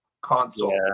console